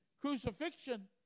crucifixion